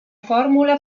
formula